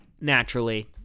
naturally